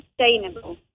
sustainable